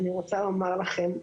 אני רוצה לומר לכם,